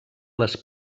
les